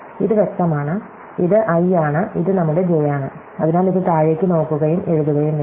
ഇത് വ്യക്തമാണ് ഇത് i ആണ് ഇത് നമ്മുടെ ജെ ആണ് അതിനാൽ ഇത് താഴേക്ക് നോക്കുകയും എഴുതുകയും വേണം